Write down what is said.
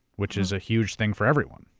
which is a huge thing for everyone,